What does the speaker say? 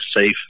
safe